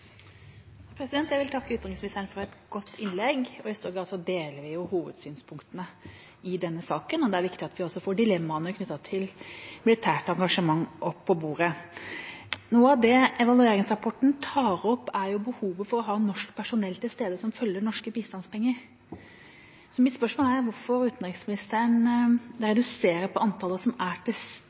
Jeg vil takke utenriksministeren for et godt innlegg. I stor grad deler vi hovedsynspunktene i denne saken, og det er viktig at vi også får dilemmaene knyttet til militært engasjement opp på bordet. Noe av det evalueringsrapporten tar opp, er behovet for å ha norsk personell til stede som følger norske bistandspenger. Mitt spørsmål er hvorfor utenriksministeren reduserer på antallet som